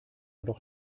doch